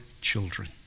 children